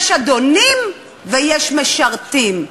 יש אדונים ויש משרתים.